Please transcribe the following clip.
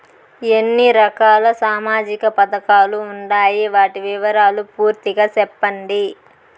ఎన్ని రకాల సామాజిక పథకాలు ఉండాయి? వాటి వివరాలు పూర్తిగా సెప్పండి?